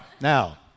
now